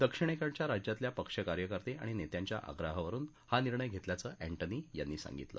दक्षिणेकडच्या राज्यातल्या पक्ष कार्यकर्ते आणि नेत्यांच्या आग्रहावरून हा निर्णय घेतल्याचं एन्टनी यांनी सांगितलं